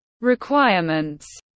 requirements